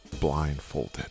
blindfolded